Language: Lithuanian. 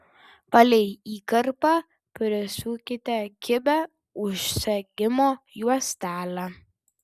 palei įkarpą prisiūkite kibią užsegimo juostelę